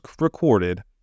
recorded